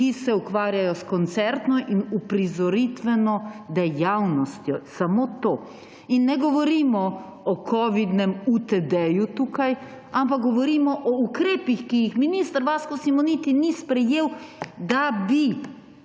ki se ukvarjajo s koncertno in uprizoritveno dejavnostjo. Samo to. In ne govorimo o covidnem UTD tukaj, ampak govorimo o ukrepih, ki jih minister Vasko Simoniti ni sprejel, da bi